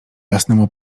jasnemu